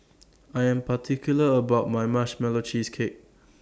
I Am particular about My Marshmallow Cheesecake